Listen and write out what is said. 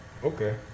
Okay